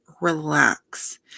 relax